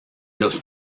los